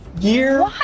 Year